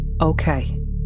Okay